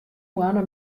moanne